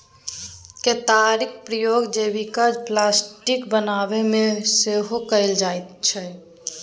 केतारीक प्रयोग जैबिक प्लास्टिक बनेबामे सेहो कएल जाइत छै